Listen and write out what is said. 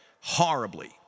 horribly